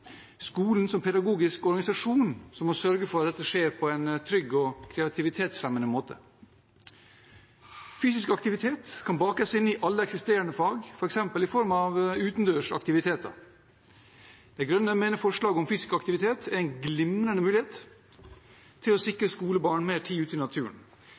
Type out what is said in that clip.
skolen som pedagogisk organisasjon, som må sørge for at dette skjer på en trygg og kreativitetsfremmende måte. Fysisk aktivitet kan bakes inn i alle eksisterende fag, f.eks. i form av utendørsaktiviteter. De Grønne mener at forslaget om fysisk aktivitet er en glimrende mulighet til å sikre skolebarn mer tid ute i naturen.